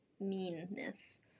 meanness